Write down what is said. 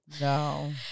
no